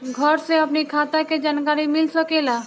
घर से अपनी खाता के जानकारी मिल सकेला?